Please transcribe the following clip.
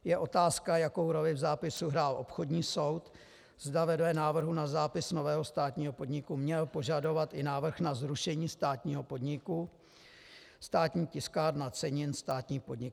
Je otázka, jakou roli v zápisu hrál obchodní soud, zda vedle návrhu na zápis nového státního podniku měl požadovat i návrh na zrušení státního podniku Státní tiskárna cenin, státní podnik.